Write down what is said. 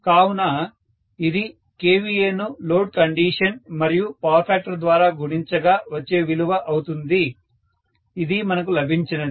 కావున ఇది kVA ను లోడ్ కండీషన్ మరియు పవర్ ఫ్యాక్టర్ ద్వారా గుణించగా వచ్చే విలువ అవుతుంది ఇదీ మనకు లభించినది